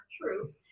True